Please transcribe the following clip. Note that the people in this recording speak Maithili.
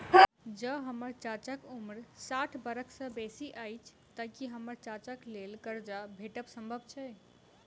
जँ हम्मर चाचाक उम्र साठि बरख सँ बेसी अछि तऽ की हम्मर चाचाक लेल करजा भेटब संभव छै?